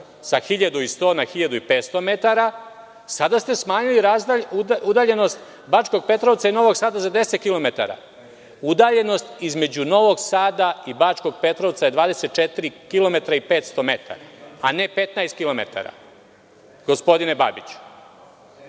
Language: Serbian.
sa 1.100 na 1.500 metara, a sada ste smanjili udaljenost Bačkog Petrovca i Novog Sada za 10 km. Udaljenost između Novog Sada i Bačkog Petrovca je 24 km i 500 metara, a ne 15 km, gospodine Babiću.